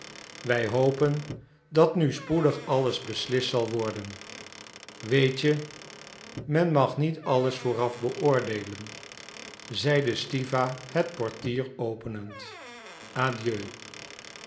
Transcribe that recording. wij hopen dat nu spoedig alles beslist zal worden weet je men mag niet alles vooraf beoordeelen zeide stiwa het portier openend adieu